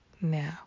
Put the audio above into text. now